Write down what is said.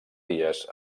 dies